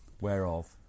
Whereof